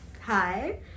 Hi